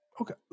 Okay